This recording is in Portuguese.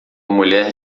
mulher